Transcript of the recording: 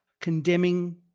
condemning